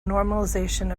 normalization